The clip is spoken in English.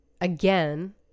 again